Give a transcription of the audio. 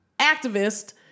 activist